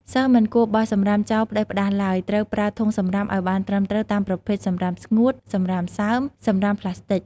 សិស្សមិនគួរបោះសំរាមចោលផ្ដេសផ្ដាសឡើយ ត្រូវប្រើធុងសំរាមឲ្យបានត្រឹមត្រូវតាមប្រភេទ សំរាមស្ងួត សំរាមសើម សំរាមប្លាស្ទិក។